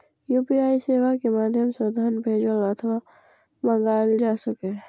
UPI सेवा के माध्यम सं धन भेजल अथवा मंगाएल जा सकैए